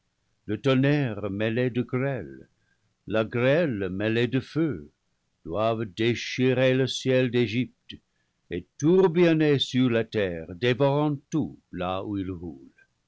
le tonnerre mêlé de grêle la grêle mêlée de feu doivent déchirer le ciel d'é gypte et tourbillonner sur la terre dévorant tout là où ils roulent